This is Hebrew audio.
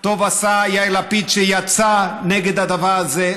טוב עשה יאיר לפיד שיצא נגד הדבר הזה.